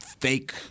fake –